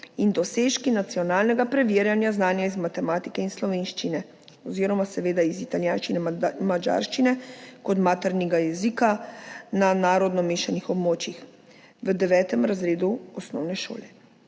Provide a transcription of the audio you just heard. in dosežki nacionalnega preverjanja znanja iz matematike in slovenščine oziroma seveda iz italijanščine, madžarščine kot maternega jezika na narodno mešanih območjih v 9. razredu osnovne šole.